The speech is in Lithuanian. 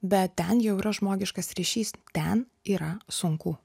bet ten jau yra žmogiškas ryšys ten yra sunku